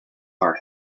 our